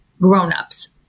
grown-ups